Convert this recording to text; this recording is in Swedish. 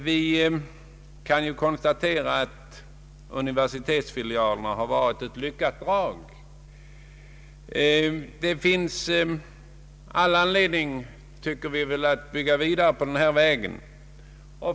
Vi kan konstatera att inrättandet av universitetsfilialer har varit ett lyckat drag. Det finns all anledning att gå vidare på den vägen.